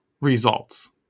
results